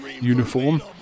uniform